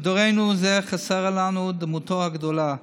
בדורנו זה חסרה לנו דמותו הגדולה.